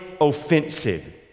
offensive